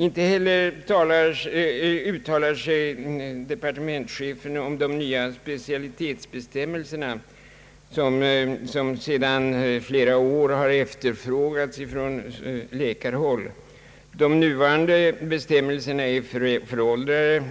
Inte heller uttalar sig departementschefen om de nya specialitetsbestämmelser som sedan flera år efterfrågats från läkarhåll. De nuvarande bestämmelserna är föråldrade